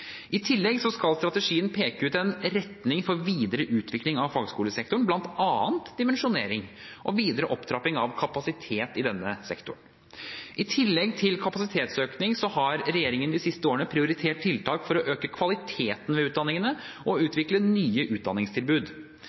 i 2016. I tillegg skal strategien peke ut en retning for videre utvikling av fagskolesektoren, bl.a. dimensjonering og videre opptrapping av kapasitet i denne sektoren. I tillegg til kapasitetsøkning har regjeringen de siste årene prioritert tiltak for å øke kvaliteten ved utdanningene og utvikle nye utdanningstilbud.